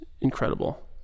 incredible